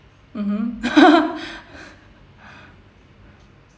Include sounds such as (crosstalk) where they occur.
mmhmm (laughs)